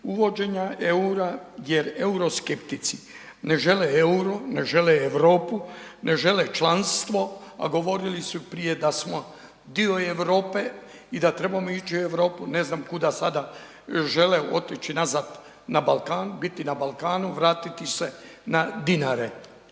uvođenja eura jer euroskeptici ne žele euro, ne žele Europu, ne žele članstvo, a govorili su prije da smo dio Europe i da trebamo ići u Europu, ne znam kuda sada žele otići nazad na Balkan, biti na Balkanu, vratiti se na dinare.